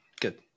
Good